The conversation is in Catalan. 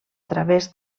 través